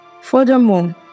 Furthermore